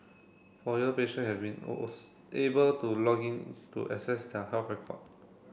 for year patient have been able to log in to access their health record